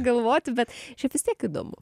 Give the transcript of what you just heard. galvoti bet šiaip vis tiek įdomu